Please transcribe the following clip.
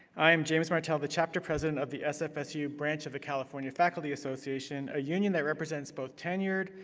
i am james martel, the chapter president of the sfsu branch of the california faculty association, a union that represents both tenured,